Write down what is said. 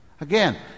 Again